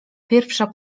pierwsza